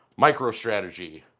MicroStrategy